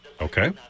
Okay